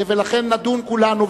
ולכן נדון כולנו.